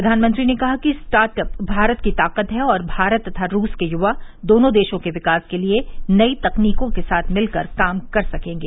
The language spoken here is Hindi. प्रधानमंत्री ने कहा कि स्टार्ट अप भारत की ताकत है और भारत तथा रूस के युवा दोनों देशों के विकास के लिए नई तकनीकों के साथ मिलकर काम कर सकेंगे